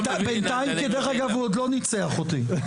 בינתיים כדרך אגב הוא עוד לא ניצח אותי,